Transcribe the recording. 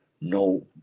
no